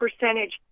percentage